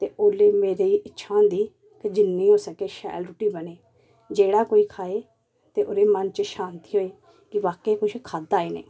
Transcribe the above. ते ओल्ले मेरी इच्छा होंदी की जिन्नी होई सकै शैल रूट्टी बने जेह्ड़ा कोई खाए ते ओह्दे मन च शांति होए के वाक्य कुछ खाद्धा इनें